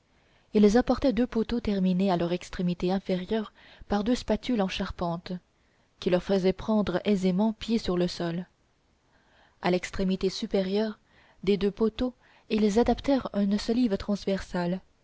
ils apportaient deux poteaux terminés à leur extrémité inférieure par deux spatules en charpente qui leur faisaient prendre aisément pied sur le sol à l'extrémité supérieure des deux poteaux ils adaptèrent une solive transversale